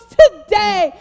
today